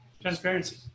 Transparency